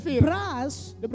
brass